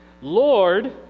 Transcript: Lord